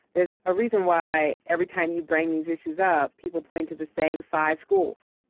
there's a reason why every time you bring these issues up, people point to the same five schools,